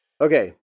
Okay